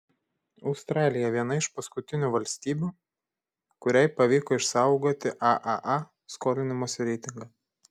australija viena iš paskutinių valstybių kuriai pavyko išsaugoti aaa skolinimosi reitingą